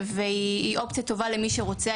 והיא אופציה טובה למי שרוצה.